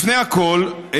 לפני הכול,